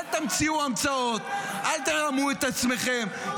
אל תמציאו המצאות, אל תרמו את עצמכם.